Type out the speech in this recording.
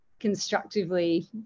constructively